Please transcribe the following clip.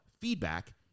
feedback